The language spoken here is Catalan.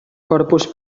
corpus